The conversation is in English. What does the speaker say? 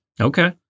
Okay